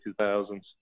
2000s